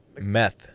Meth